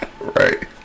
Right